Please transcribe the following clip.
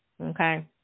Okay